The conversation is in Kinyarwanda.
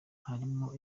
harimo